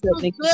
good